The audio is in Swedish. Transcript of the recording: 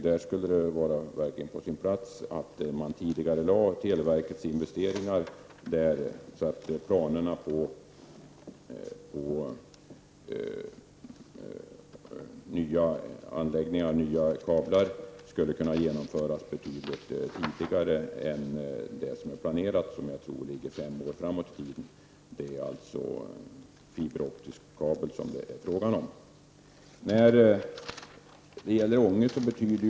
Det skulle verkligen vara på sin plats att tidigarelägga televerkets investeringar, så att nya anläggningar och nya kablar blir verklighet betydligt tidigare än planerat. Jag tror att det enligt planerna skulle ta fem år. Det är alltså fråga om fiberoptisk kabel.